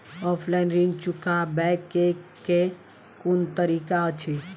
Offline ऋण चुकाबै केँ केँ कुन तरीका अछि?